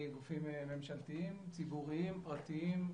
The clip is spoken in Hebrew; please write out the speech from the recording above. ממשלתיים, ציבוריים, פרטיים,